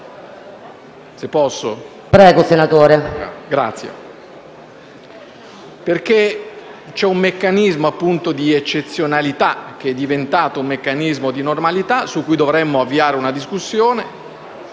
infatti un meccanismo di eccezionalità, che è diventato un meccanismo di normalità, su cui dovremmo avviare una discussione